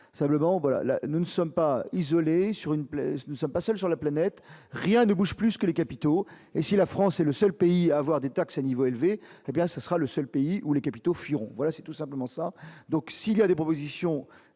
simplement voilà, nous ne sommes pas isolé sur une plaie, nous sommes pas seuls sur la planète, rien ne bouge plus que les capitaux et si la France est le seul pays à avoir des taxes, à niveau élevé, hé bien ce sera le seul pays où les capitaux Fillon voilà, c'est tout simplement ça, donc s'il y a des propositions